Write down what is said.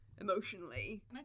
emotionally